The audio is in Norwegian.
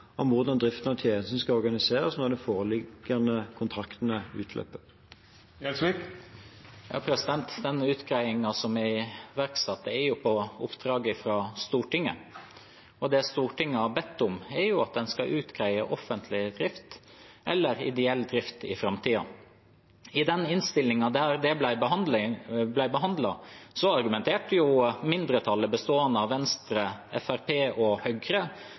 om hvordan driften av tjenesten skal organiseres når de foreliggende kontraktene utløper. Den utredningen som er iverksatt, er på oppdrag fra Stortinget, og det Stortinget har bedt om, er at en skal utrede offentlig drift eller ideell drift i framtiden. I den innstillingen der dette ble behandlet, argumenterte mindretallet, bestående av Venstre, Fremskrittspartiet og Høyre,